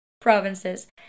provinces